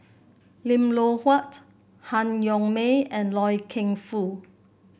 Lim Loh Huat Han Yong May and Loy Keng Foo